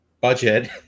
budget